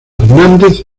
hernández